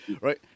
right